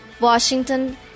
Washington